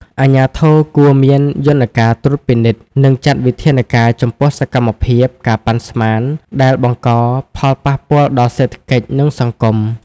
អាជ្ញាធរគួរមានយន្តការត្រួតពិនិត្យ និងចាត់វិធានការចំពោះសកម្មភាព ការប៉ាន់ស្មាន ដែលបង្កផលប៉ះពាល់ដល់សេដ្ឋកិច្ច និងសង្គម។